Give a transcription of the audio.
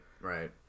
Right